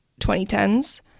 2010s